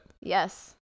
Yes